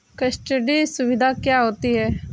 Custody सुविधा क्या होती है?